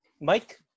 Mike